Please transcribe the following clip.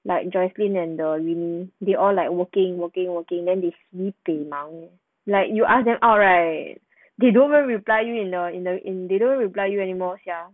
like joycelyn and the wayne they all like working working working then they sibei 忙 like you ask them all right they don't even reply you in the in the in they don't reply you anymore sia